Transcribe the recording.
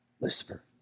Lucifer